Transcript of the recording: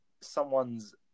someone's